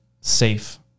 safe